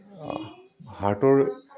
হাৰ্টৰ